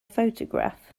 photograph